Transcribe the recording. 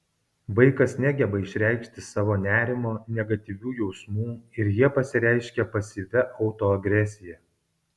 vaikas negeba išreikšti savo nerimo negatyvių jausmų ir jie pasireiškia pasyvia autoagresija